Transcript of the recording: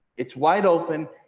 it's wide open.